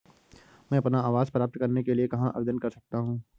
मैं अपना आवास प्राप्त करने के लिए कहाँ आवेदन कर सकता हूँ?